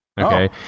Okay